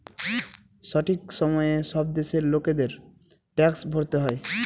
সঠিক সময়ে সব দেশের লোকেদের ট্যাক্স ভরতে হয়